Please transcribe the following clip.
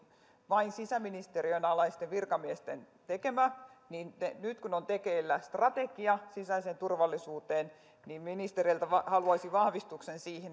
vain sisäministeriön alaisten virkamiesten tekemä niin nyt kun on tekeillä strategia sisäiseen turvallisuuteen niin ministereiltä haluaisin vahvistuksen